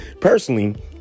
Personally